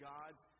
God's